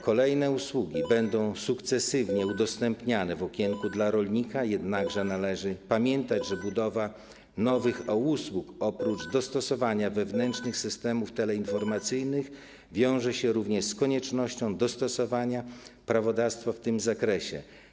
Kolejne usługi będą sukcesywnie udostępniane w „Okienku dla rolnika”, jednakże należy pamiętać, że budowa nowych e-usług oprócz dostosowania wewnętrznych systemów teleinformacyjnych wiąże się również z koniecznością dostosowania prawodawstwa w tym zakresie.